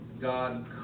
God